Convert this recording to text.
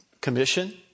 commission